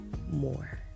more